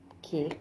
okay